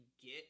get